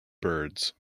birds